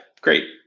great